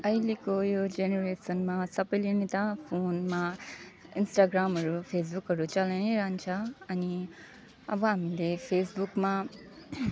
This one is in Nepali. अहिलेको यो जेनेरेसनमा सबैले नि त फोनमा इन्स्टाग्रामहरू फेसबुकहरू चलाइ नै रहन्छ अनि अब हामीले फेसबुकमा